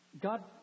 God